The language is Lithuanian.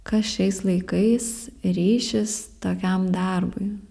kas šiais laikais ryšis tokiam darbui